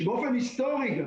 שבאופן היסטורי גם